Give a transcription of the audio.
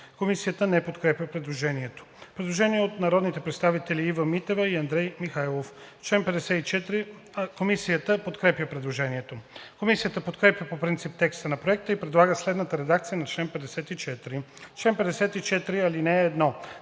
Комисията не подкрепя предложението. Предложение на народните представители Ива Митева и Андрей Михайлов. Комисията подкрепя предложението. Комисията подкрепя по принцип текста на Проекта и предлага следната редакция на чл. 54: „Чл. 54. (1) Народният